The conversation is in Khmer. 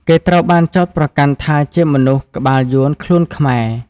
គេត្រូវបានចោទប្រកាន់ថាជាមនុស្ស "ក្បាលយួន ខ្លួនខ្មែរ”។